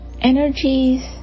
Energies